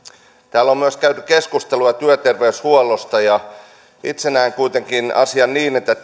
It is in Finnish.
on myös käyty keskustelua työterveyshuollosta itse näen kuitenkin asian niin että